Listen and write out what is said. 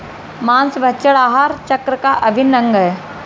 माँसभक्षण आहार चक्र का अभिन्न अंग है